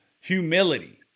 humility